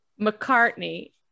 McCartney